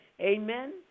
Amen